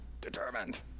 determined